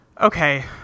Okay